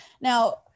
Now